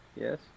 Yes